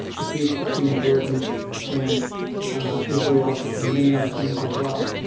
the peace between jordan and israel, and many other things as well.